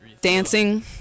dancing